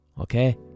okay